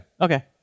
okay